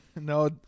No